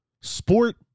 sport